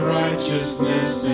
righteousness